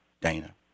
Dana